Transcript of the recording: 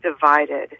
divided